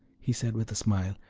he said with a smile,